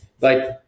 Like-